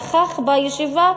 נכח בישיבה,